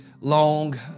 long